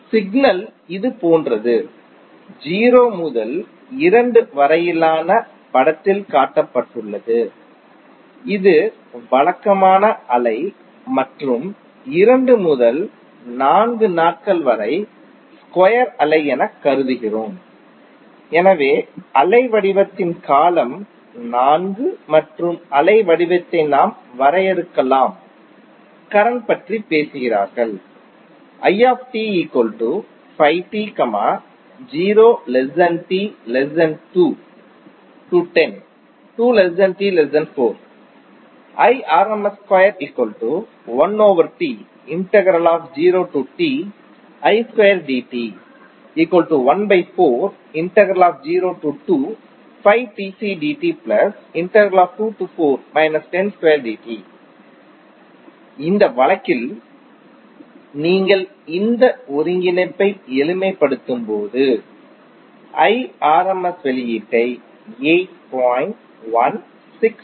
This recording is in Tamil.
சிக்னல் இது போன்றது 0 முதல் 2 வரையிலான படத்தில் காட்டப்பட்டுள்ளது இது வழக்கமான அலை மற்றும் 2 முதல் 4 நாட்கள் வரை ஸ்கொயர் அலை எனக் கருதுகிறோம் எனவே அலை வடிவத்தின் காலம் 4 மற்றும் அலைவடிவத்தை நாம் வரையறுக்கலாம் கரண்ட் பற்றி பேசுகிறார்கள் இந்த வழக்கில் நீங்கள் இந்த ஒருங்கிணைப்பை எளிமைப்படுத்தும்போது Irms வெளியீட்டை 8